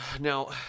Now